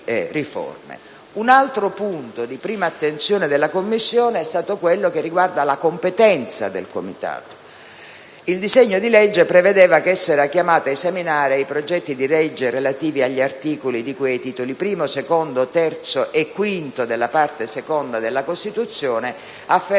Un altro punto di prima attenzione della Commissione è stato quello che riguarda la competenza del Comitato. Il disegno di legge prevedeva che esso fosse chiamato ad esaminare i progetti di legge relativi agli articoli di cui ai Titoli I, II, III e V della Parte II della Costituzione afferenti